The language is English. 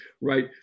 right